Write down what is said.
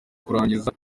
kurangiza